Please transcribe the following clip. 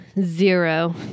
Zero